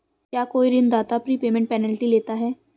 क्या कोई ऋणदाता प्रीपेमेंट पेनल्टी लेता है?